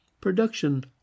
Production